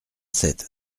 sept